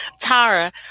Tara